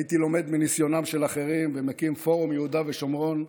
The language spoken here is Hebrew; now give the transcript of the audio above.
הייתי לומד מניסיונם של אחרים ומקים פורום יהודה ושומרון,